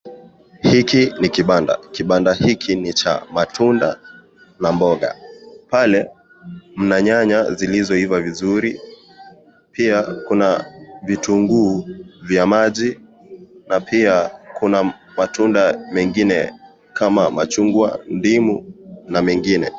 Hiki ni kibanda , kibanda hiki ni cha matunda na mboga pale mna nyanya zilizoiva vizuri pia kuna vitunguu vya maji kuna majina na pia kuna matunda ya mengine kama machungwa ndimu na mengine.